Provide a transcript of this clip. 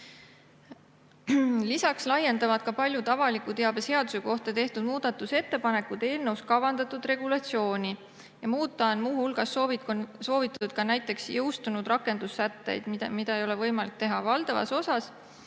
Lisaks laiendavad paljud avaliku teabe seaduse kohta tehtud muudatusettepanekud eelnõus kavandatud regulatsiooni. Muuta on muu hulgas soovitud näiteks jõustunud rakendussätteid, mida ei ole võimalik teha. Valdavas osas